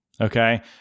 okay